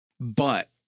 but-